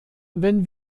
wenn